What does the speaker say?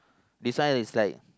this one is like